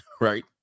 right